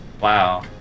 Wow